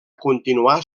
continuar